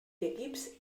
equips